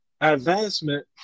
advancement